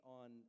on